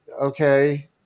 okay